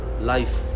life